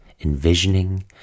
envisioning